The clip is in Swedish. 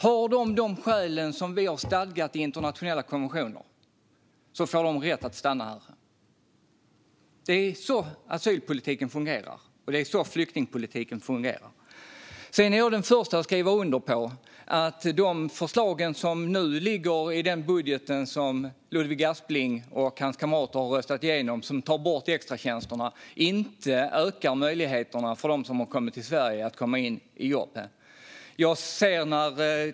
Har de skäl enligt internationella konventioner har de rätt att stanna. Det är så asyl och flyktingpolitiken fungerar. Jag är den förste att skriva under på att de förslag som finns i den budget som Ludvig Aspling och han kamrater har röstat igenom och som tar bort extratjänsterna inte ökar möjligheterna för dem som har kommit till Sverige att komma in i jobb.